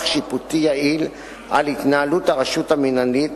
שיפוטי יעיל על התנהלות הרשות המינהלית,